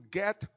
get